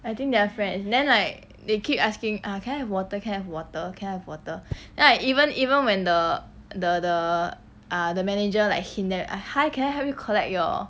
I think they are friends then like they keep asking ah can I have water can I have water can I have water like even even when the the the ah the manager like hint them err hi can I help you collect your